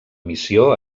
missió